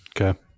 Okay